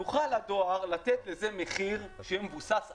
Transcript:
יוכל הדואר לתת לזה מחיר שיהיה מבוסס עלות.